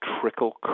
trickle